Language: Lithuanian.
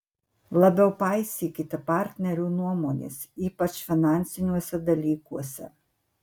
labiau paisykite partnerių nuomonės ypač finansiniuose dalykuose